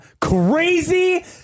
crazy